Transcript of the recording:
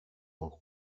auch